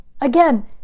again